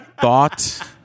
thought